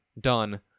done